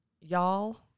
Y'all